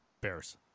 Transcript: Bears